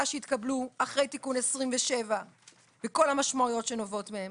שהתקבלו אחרי תיקון 27 וכל המשמעויות שנובעות מהם.